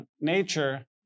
nature